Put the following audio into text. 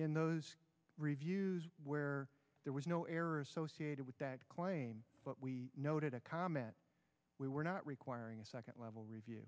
in those reviews where there was no error associated with that claim but we noted a comment we were not requiring a second level review